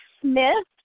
Smith